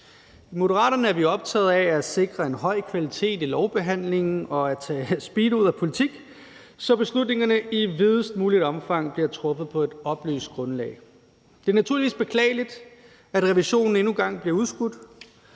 I Moderaterne er vi optaget af at sikre en høj kvalitet i lovbehandlingen og at tage speed ud af politik, så beslutningerne i videst muligt omfang bliver truffet på et oplyst grundlag. Det er naturligvis beklageligt, at revisionen endnu en gang bliver udskudt